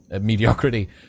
mediocrity